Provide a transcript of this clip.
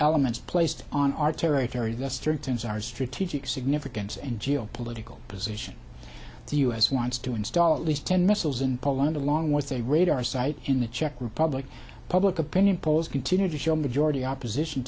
elements placed on our territory blustering terms our strategic significance and geopolitical position the u s wants to install at least ten missiles in poland along with a radar site in the czech republic public opinion polls continue to show majority opposition